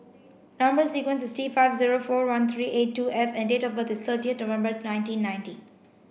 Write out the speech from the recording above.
number sequence is T five zero four one three eight two F and date of birth is thirty November nineteen ninety